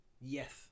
Yes